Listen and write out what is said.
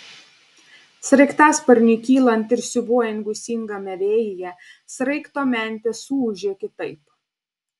sraigtasparniui kylant ir siūbuojant gūsingame vėjyje sraigto mentės suūžė kitaip